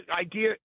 idea